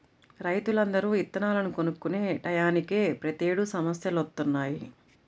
రైతులందరూ ఇత్తనాలను కొనుక్కునే టైయ్యానినే ప్రతేడు సమస్యలొత్తన్నయ్